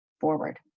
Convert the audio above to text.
forward